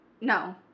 no